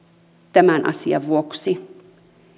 tämän asian vuoksi